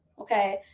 Okay